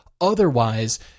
otherwise